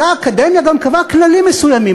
אותה אקדמיה גם קבעה כללים מסוימים.